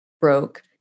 broke